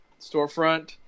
storefront